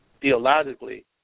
Theologically